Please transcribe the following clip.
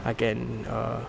I can err